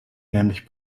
nämlich